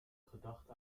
gedachte